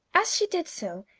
as she did so,